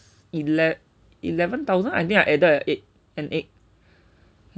ele~ eleven thousand I think I added a egg an egg